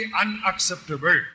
unacceptable